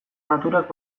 naturak